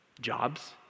jobs